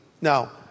Now